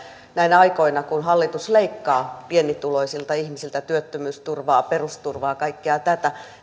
näinä aikoina kun hallitus leikkaa pienituloisilta ihmisiltä työttömyysturvaa perusturvaa kaikkea tätä niin